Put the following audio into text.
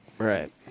Right